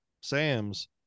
sam's